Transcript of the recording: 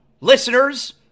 listeners